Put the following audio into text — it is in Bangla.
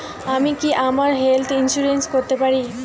আমি কি আমার হেলথ ইন্সুরেন্স করতে পারি?